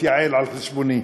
רצית להתייעל על חשבוני.